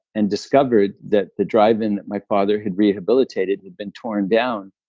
and discovered that the drive-in my father had rehabilitated had been torn down,